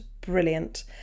brilliant